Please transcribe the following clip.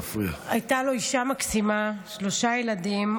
הייתה לו אישה מקסימה, אורלי, ושלושה ילדים.